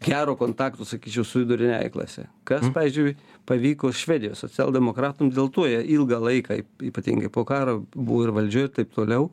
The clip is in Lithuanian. gero kontakto sakyčiau su viduriniąja klase kas pavyzdžiui pavyko švedijos socialdemokratams dėl to jie ilgą laiką ypatingai po karo buvo ir valdžioje ir taip toliau